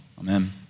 Amen